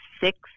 six